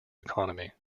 economy